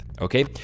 okay